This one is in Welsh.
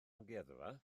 amgueddfa